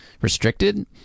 restricted